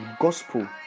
gospel